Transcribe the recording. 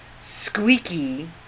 squeaky